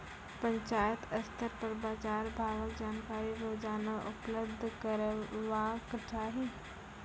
पंचायत स्तर पर बाजार भावक जानकारी रोजाना उपलब्ध करैवाक चाही?